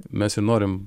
mes ir norim